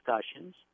discussions